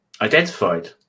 identified